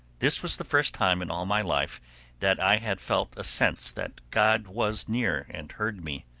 this was the first time in all my life that i had felt a sense that god was near, and heard me.